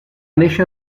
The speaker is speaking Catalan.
néixer